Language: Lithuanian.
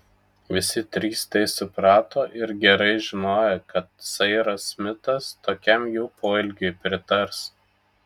visi trys tai suprato ir gerai žinojo kad sairas smitas tokiam jų poelgiui pritars